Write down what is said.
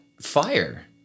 fire